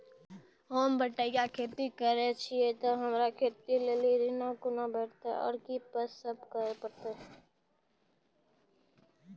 होम बटैया खेती करै छियै तऽ हमरा खेती लेल ऋण कुना भेंटते, आर कि सब करें परतै?